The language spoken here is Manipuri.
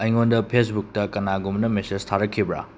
ꯑꯩꯉꯣꯟꯗ ꯐꯦꯁꯕꯨꯛꯇ ꯀꯅꯥꯒꯨꯝꯕꯅ ꯃꯦꯁꯦꯖ ꯊꯥꯔꯛꯈꯤꯕ꯭ꯔꯥ